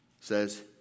says